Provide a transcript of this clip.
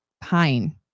pine